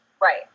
Right